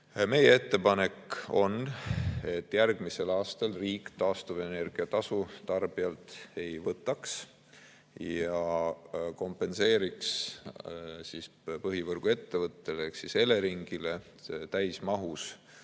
Meie ettepanek on, et järgmisel aastal riik taastuvenergia tasu tarbijalt ei võtaks ja kompenseeriks põhivõrguettevõttele ehk Eleringile täismahus